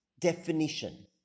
Definition